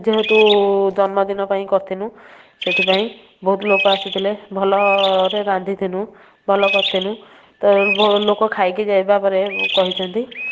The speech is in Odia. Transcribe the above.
ଯେହେତୁ ଜନ୍ମଦିନ ପାଇଁ କରିଥିନୁ ସେଥିପାଇଁ ବହୁତ ଲୋକ ଆସିଥିଲେ ଭଲରେ ରାନ୍ଧିଥିନୁ ଭଲ କରିଥିନୁ ତ ଲୋକ ଖାଇକି ଯିବା ପରେ କହିଛନ୍ତି